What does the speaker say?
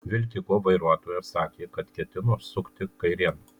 vilkiko vairuotojas sakė kad ketino sukti kairėn